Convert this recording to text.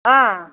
ஆ